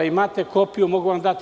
Imate kopiju, mogu vam dati.